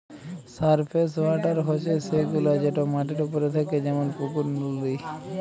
surface water হছে সেগুলা যেট মাটির উপরে থ্যাকে যেমল পুকুর, লদী